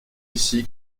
ici